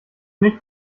nicht